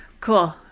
Cool